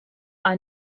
are